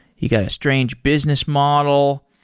you got a strange business model.